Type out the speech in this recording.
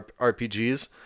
RPGs